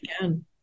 again